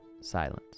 Silence